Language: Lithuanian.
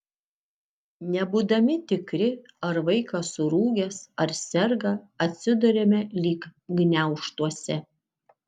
nebūdami tikri ar vaikas surūgęs ar serga atsiduriame lyg gniaužtuose